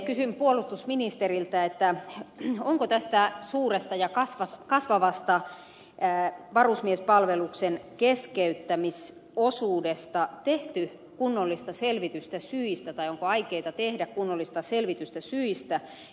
kysyn puolustusministeriltä onko tästä suuresta ja kasvavasta varusmiespalveluksen keskeyttämisosuudesta tehty tai onko aikeita tehdä kunnollista selvitystä syistä